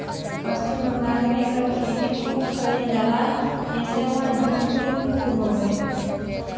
पश्चिम बंगाल में एकर खेती खूब कइल जाला एसे उहाँ जुट मिल भी खूब हउवे